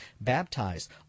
baptized